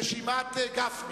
ברשימת גפני,